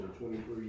23